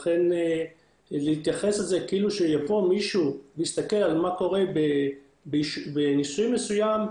לכן להתייחס לזה כאילו שיבוא מישהו ויסתכל על מה שקורה בניסוי מסוים,